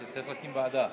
צריך להקים ועדה.